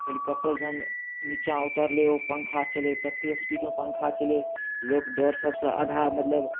helicopter जहन नीचाँ उतरलै ओ पङ्खा चलै ततेक स्पीडमे पङ्खा चलै लोक डर सभ से अधा मतलब